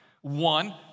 one